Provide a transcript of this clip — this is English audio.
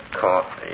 coffee